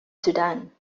sudan